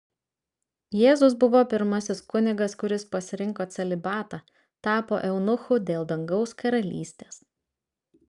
jėzus buvo pirmasis kunigas kuris pasirinko celibatą tapo eunuchu dėl dangaus karalystės